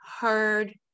heard